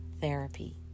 therapy